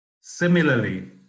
Similarly